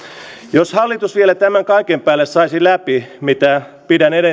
jos hallitus vielä tämän kaiken päälle saisi läpi mitä pidän